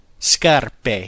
Scarpe